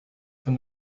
from